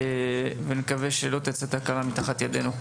אני מקווה שלא תצא תקלה מתחת ידינו.